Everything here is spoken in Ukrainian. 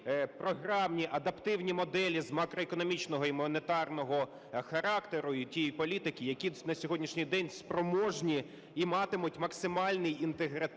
програмні адаптивні моделі з макроекономічного і монетарного характеру і тієї політики, які на сьогоднішній день спроможні і матимуть максимальний інтегральний